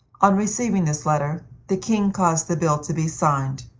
on receiving this letter the king caused the bill to be signed.